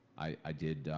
i did.